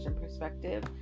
perspective